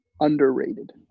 underrated